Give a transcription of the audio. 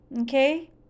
Okay